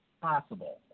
Possible